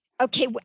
Okay